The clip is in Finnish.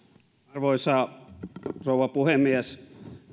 arvoisa rouva puhemies